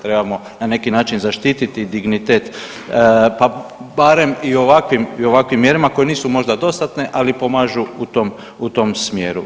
Trebamo na neki način zaštititi dignitet, pa barem i ovakvim mjerama koje nisu možda dostatne, ali pomažu u tom smjeru.